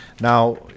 Now